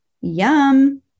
yum